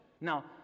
Now